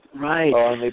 Right